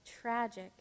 tragic